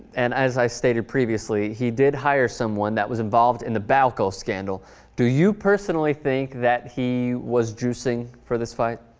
and as i stated previously he did hire someone that was involved in the balcony scandal do you personally think that he knew was juicing for the site